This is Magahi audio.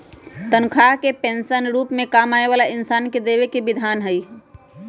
तन्ख्वाह के पैसवन के रूप में काम वाला इन्सान के देवे के विधान हई